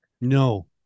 No